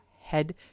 head